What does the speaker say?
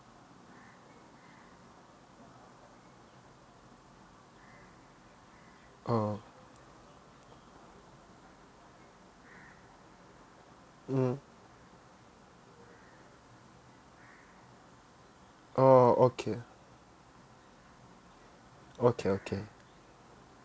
ah mm oh okay okay